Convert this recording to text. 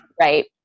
right